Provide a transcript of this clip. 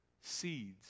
seeds